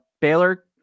baylor